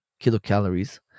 kilocalories